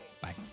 Bye